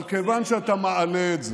אבל כיוון שאתה מעלה את זה,